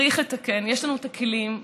צריך לתקן, יש לנו את הכלים.